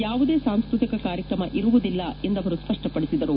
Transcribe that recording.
ಯಾವುದೇ ಸಾಂಸ್ಕೃತಿಕ ಕಾರ್ಯಕ್ರಮ ಇರುವುದಿಲ್ಲ ಎಂದು ಅವರು ಸ್ಪಷ್ಪಡಿಸಿದರು